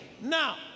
Now